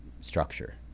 structure